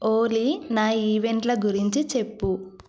ఓలీ నా ఈవెంట్ల గురించి చెప్పు